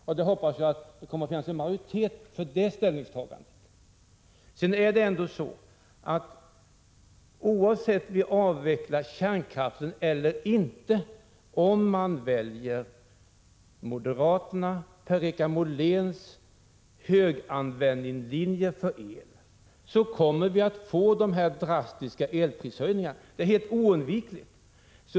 Jag hoppas att det kommer att finnas en majoritet för det ställningstagandet. Sedan är det ändå så att oavsett om vi avvecklar kärnkraften eller inte men följer moderaternas och Per-Richard Moléns höganvändningslinje när det gäller el, så kommer vi att få drastiska elprishöjningar. Det är oundvikligt.